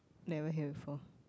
never hear before